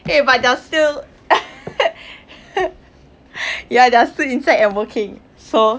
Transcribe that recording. eh but they're still ya they're still intact and working so